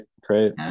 great